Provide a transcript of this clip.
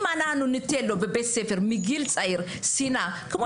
אם אנחנו ניתן לו בבית ספר מגיל צעיר שנאה, כמו